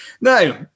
Now